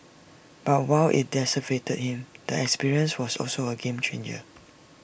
but while IT devastated him the experience was also A game changer